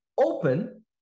open